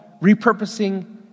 repurposing